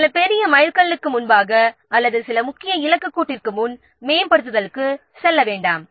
சில பெரிய மைல்கல்லுக்கு முன்பாக அல்லது சில முக்கிய இலக்கு கோட்டிற்கு முன் மேம்படுத்தலுக்கு செல்ல வேண்டாம்